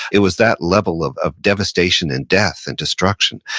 it was that level of of devastation and death and destruction.